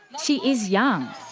she is young.